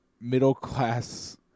middle-class